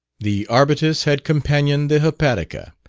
the arbutus had companioned the hepatica,